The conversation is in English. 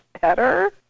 better